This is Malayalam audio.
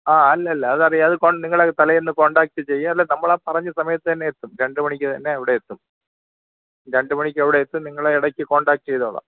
ആ അല്ലല്ല അതറിയാം അത് നിങ്ങളെ തലേന്ന് കോണ്ടേക്റ്റ് ചെയ്യും നമ്മളാ പറഞ്ഞ സമയത്ത് തന്നെ എത്തും രണ്ട് മണിക്ക് തന്നെ അവിടെ എത്തും രണ്ട് മണിക്ക് അവിടെ എത്തും നിങ്ങളെ ഇടയ്ക്ക് കോണ്ടാക്റ്റ് ചെയ്തോളാം